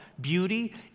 beauty